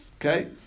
Okay